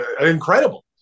incredible